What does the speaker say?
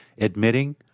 admitting